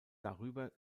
darüber